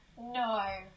no